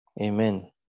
Amen